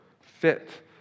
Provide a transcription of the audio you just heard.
fit